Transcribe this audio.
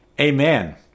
Amen